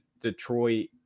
Detroit